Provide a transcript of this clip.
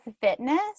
fitness